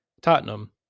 Tottenham